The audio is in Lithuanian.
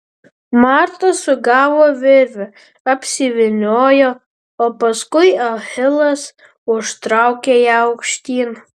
marta sugavo virvę apsivyniojo o paskui achilas užtraukė ją aukštyn